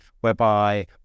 whereby